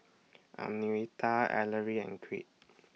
Anitra Ellery and Crete